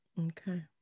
Okay